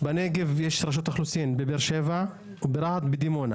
בנגב יש רשות אוכלוסין בבאר שבע, ברהט ובדימונה.